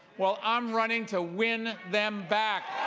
well, i am running to win them back.